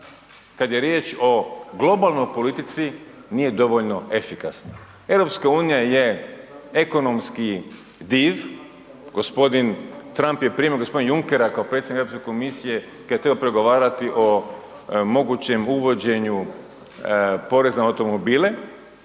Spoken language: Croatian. kada je riječ o globalnoj politici nije dovoljno efikasna. EU je ekonomski div, gospodin Trump je primio gospodina Junckera kao predsjednika Europske komisije kada je trebao pregovarati o mogućem uvođenju poreza na automobile,